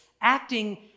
acting